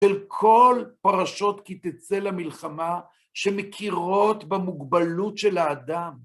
של כל פרשות כי תצא למלחמה שמכירות במוגבלות של האדם.